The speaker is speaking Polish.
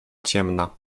ciemna